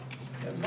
לא